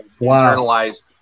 internalized